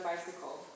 bicycle